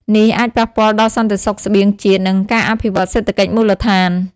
នេះអាចប៉ះពាល់ដល់សន្តិសុខស្បៀងជាតិ និងការអភិវឌ្ឍសេដ្ឋកិច្ចមូលដ្ឋាន។